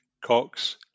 Cox